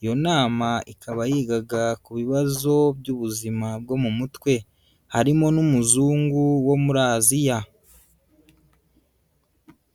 iyo nama ikaba yigaga ku bibazo byubuzima bwo mu mutwe, harimo n'umuzungu wo muri Aziya.